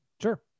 Sure